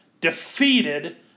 defeated